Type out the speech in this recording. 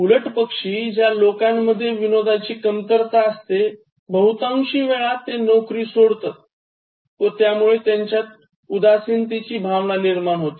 उलटपक्षीज्या लोकांमधेय विनोदाची कमतरता असते बहुतांशवेळी ते नोकरी सोडतात व त्यामुळे त्यांच्यात उदासीनतेची भावना निर्माण होते